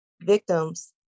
victim's